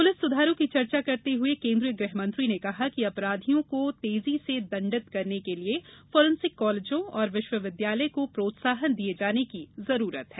police सुधारों की चर्चा करते हुए गृहमंत्री ने कहा कि अपराधियों को तेजी से दंडित करने के लिए फोरेंसिक कॉलेजों और विश्विविद्यालयों को प्रोत्साहन दिये जाने की आवश्यकता है